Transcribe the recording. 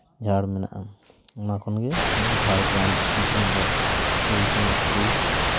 ᱡᱷᱟᱲ ᱢᱮᱱᱟᱜᱼᱟ ᱱᱚᱣᱟ ᱠᱷᱚᱱᱜᱮ ᱱᱚᱣᱟ ᱡᱷᱟᱲᱜᱨᱟᱢ ᱧᱩᱛᱩᱢ ᱫᱚ ᱦᱩᱭ ᱠᱟᱱᱟ ᱟᱹᱰᱤ